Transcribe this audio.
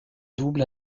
double